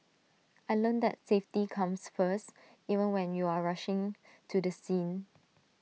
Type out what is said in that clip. I learnt that safety comes first even when you are rushing to the scene